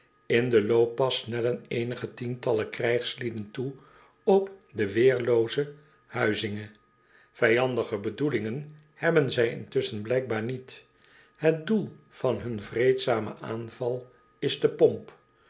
in den looppas snellen eenige tientallen krijgslieden toe op de weerlooze huizinge vijandige bedoelingen hebben zij intusschen blijkbaar niet het doel van hun vreedzamen aanval is de pomp